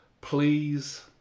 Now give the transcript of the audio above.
please